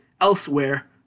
elsewhere